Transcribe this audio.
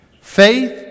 Faith